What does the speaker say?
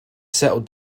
settle